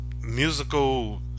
musical